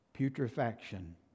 Putrefaction